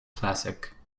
classic